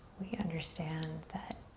we understand that